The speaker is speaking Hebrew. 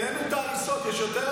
העלינו את ההריסות, יש יותר הריסות.